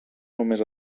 només